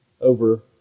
over